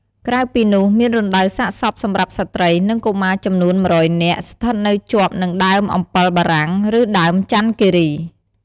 ក្រៅពីនោះ មានរណ្តៅសាកសពសម្រាប់ស្ត្រី និងកុមារចំនួន១០០នាក់ ស្ថិតនៅជាប់នឹងដើមអម្ពិលបារាំង ឬដើមចន្ទគិរី ។